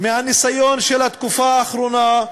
מהניסיון של התקופה האחרונה,